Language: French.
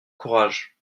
courage